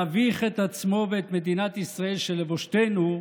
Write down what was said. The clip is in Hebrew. להביך את עצמו ואת מדינת ישראל, שלבושתנו,